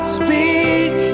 speak